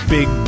Big